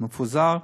ומפוזר,